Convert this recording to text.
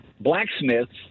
blacksmiths